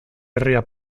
herria